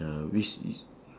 ya which is